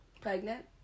Pregnant